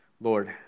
Lord